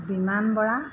Biman Bora